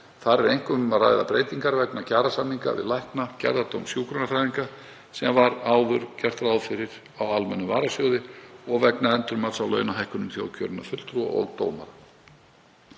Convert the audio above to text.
Þar er einkum um að ræða breytingar vegna kjarasamninga við lækna, gerðardóms hjúkrunarfræðinga, sem var áður gert ráð fyrir á almennum varasjóði, og vegna endurmats á launahækkunum þjóðkjörinna fulltrúa og dómara.